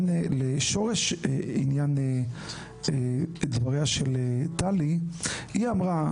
לשורש עניין דבריה של טלי, היא אמרה